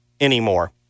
anymore